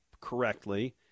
correctly